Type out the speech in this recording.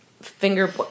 finger